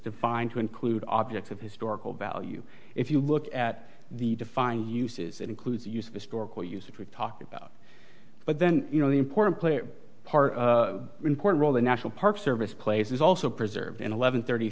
defined to include objects of historical value if you look at the defined uses it includes use of historical uses we talk but then you know the important player part important role the national park service place is also preserved in eleven thirty